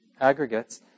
aggregates